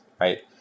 right